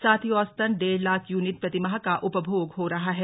साथ ही औसतन डेढ़ लाख यूनिट प्रतिमाह का उपभोग हो रहा है